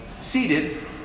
seated